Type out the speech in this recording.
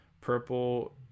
Purple